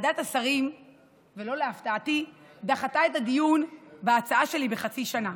ועדת השרים דחתה את הדיון בהצעה שלי בחצי שנה.